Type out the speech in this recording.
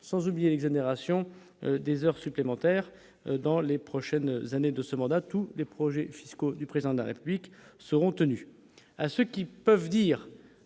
sans oublier l'exonération des heures supplémentaires dans les prochaines années, de ce mandat, tous les projets fiscaux du président de la République seront tenus